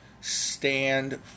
Stand